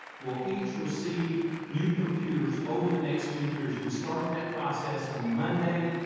will each receive new computers over the next two years. we started that process on monday.